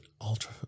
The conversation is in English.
ultra